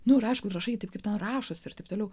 nu ir aišku rašai taip kaip tau rašosi ir taip toliau